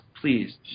please